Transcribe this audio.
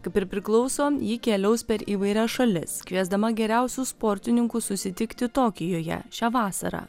kaip ir priklauso ji keliaus per įvairias šalis kviesdama geriausius sportininkus susitikti tokijuje šią vasarą